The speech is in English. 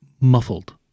muffled